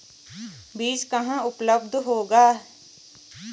बीज कहाँ उपलब्ध होगा?